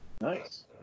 Nice